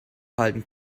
halten